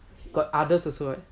got others also right